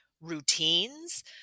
routines